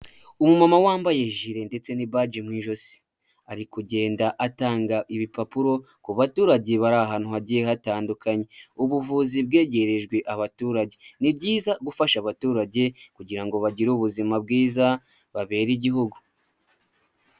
Umuma wambaye jili ndetse n'ibaji mu ijosi, ari kugenda atanga ibipapuro ku baturage bari ahantu hagiye hatandukanye. Ubuvuzi bwegerejwe abaturage. Ni byiza gufasha abaturage kugira ngo bagire ubuzima bwiza babere igihugu.